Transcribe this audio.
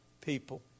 people